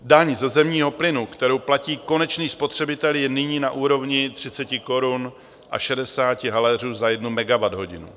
Daň ze zemního plynu, kterou platí konečný spotřebitel, je nyní na úrovni 30 korun a 60 haléřů za jednu megawatthodinu.